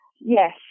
yes